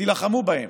תילחמו בהם.